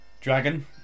Dragon